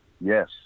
Yes